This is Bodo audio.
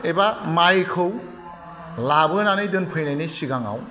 एबा माइखौ लाबोनानै दोनफैनायनि सिगाङाव